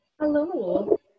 Hello